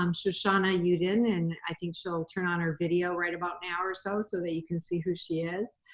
um shoshana yudin and i think she'll turn on her video right about now or so so that you can see who she is.